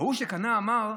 ההוא שקנה אמר: